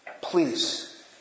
Please